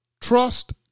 trust